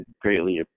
greatly